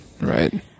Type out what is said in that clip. right